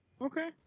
Okay